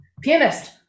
Pianist